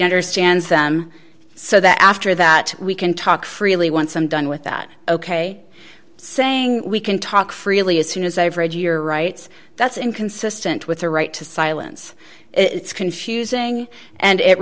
understands them so that after that we can talk freely once i'm done with that ok saying we can talk freely as soon as i've read your rights that's inconsistent with a right to silence it's confusing and it